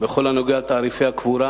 בכל הקשור לתעריפי הקבורה